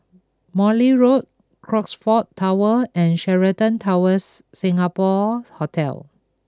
Morley Road Crockfords Tower and Sheraton Towers Singapore Hotel